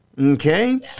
Okay